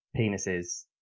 penises